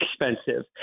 expensive